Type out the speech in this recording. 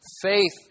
faith